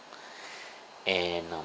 and uh